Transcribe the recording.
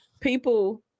people